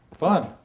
Fun